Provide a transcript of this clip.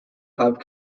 hub